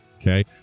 Okay